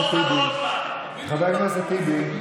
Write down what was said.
חבר הכנסת טיבי.